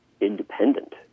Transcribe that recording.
independent